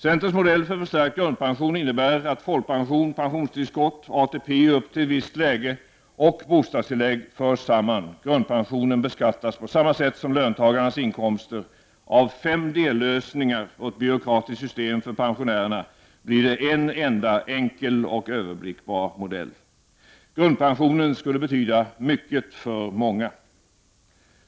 Centerns modell för förstärkt grundpension innebär att folkpension, pensionstillskott, ATP upp till ett visst läge och bostadstillägg förs samman. Grundpensionen beskattas på samma sätt som löntagarnas inkomster. Av fem dellösningar och ett byråkratiskt system för pensionärerna blir det en enda, enkel och överblickbar modell. Grundpensionen skulle betyda mycket för många.